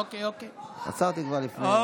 עצרתי כבר לפני.